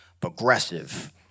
progressive